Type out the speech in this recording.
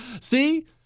See